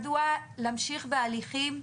מדוע להמשיך בהליכים,